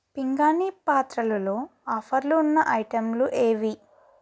పింగాణీ పాత్రలలో ఆఫర్లున్న ఐటెంలు ఏవి